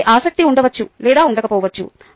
వారికి ఆసక్తి ఉండవచ్చు లేదా ఉండకపోవచ్చు